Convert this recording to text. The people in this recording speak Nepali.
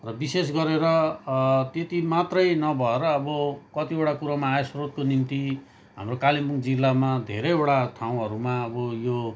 र विशेष गरेर त्यति मात्रै नभएर अब कतिवटा कुरोमा आय स्रोतको निम्ति हाम्रो कालिम्पोङ जिल्लामा धेरैवटा ठाउँहरूमा अब यो